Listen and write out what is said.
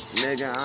nigga